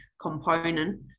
component